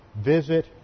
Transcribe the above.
visit